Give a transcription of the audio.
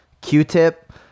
Q-tip